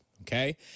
okay